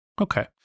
Okay